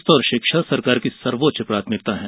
स्वास्थ्य और शिक्षा सरकार की सर्वोच्च प्राथमिकताएं हैं